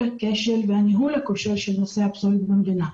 הכשל והניהול הכושל של נושא הפסולת במדינה.